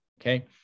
okay